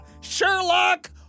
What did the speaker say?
Sherlock